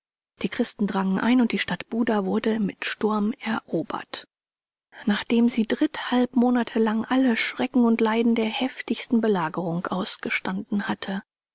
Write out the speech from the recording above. die christen drangen ein und die stadt buda wurde mit sturm erobert nachdem sie dritthalb monate lang alle schrecken und leiden der heftigsten belagerung ausgestanden hatte